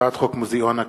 הצעת חוק מוזיאון הכנסת,